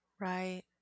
Right